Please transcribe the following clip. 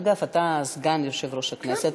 אגב, אתה סגן יושב-ראש הכנסת.